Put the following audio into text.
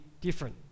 different